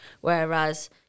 whereas